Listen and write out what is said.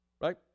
Right